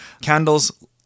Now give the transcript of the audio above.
Candles